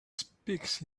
speaks